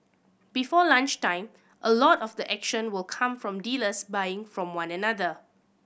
before lunchtime a lot of the action will come from dealers buying from one another